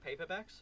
paperbacks